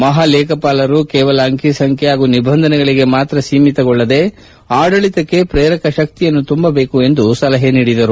ಮಹಾಲೇಖಪಾಲರು ಕೇವಲ ಅಂಕಿ ಸಂಖ್ಯೆ ಹಾಗೂ ನಿಬಂಧನೆಗಳಗೆ ಮಾತ್ರ ಸೀಮಿತಗೊಳ್ಳದೆ ಆಡಳತಕ್ಕೆ ಶ್ರೇರಕ ಶಕ್ತಿಯನ್ನು ತುಂಬಬೇಕು ಎಂದು ಸಲಹೆ ನೀಡಿದ್ದಾರೆ